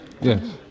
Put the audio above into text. Yes